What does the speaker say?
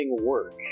Work